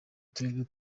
turere